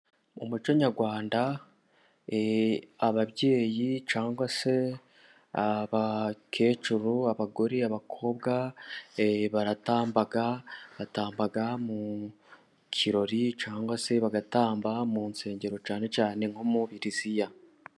Mu muco nyarwanda ababyeyi cyangwa se abakecuru, abagore, abakobwa, baratamba, batamba mu kirori cyangwa se bagatamba mu nsengero, cyane cyane nko mu biriziya.